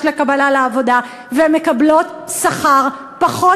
לקבלה לעבודה והן מקבלות שכר פחות,